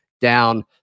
down